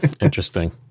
Interesting